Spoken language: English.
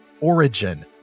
origin